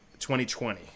2020